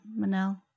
manel